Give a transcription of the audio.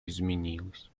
изменилось